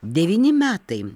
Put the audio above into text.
devyni metai